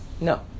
No